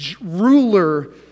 ruler